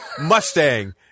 Mustang